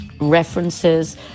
references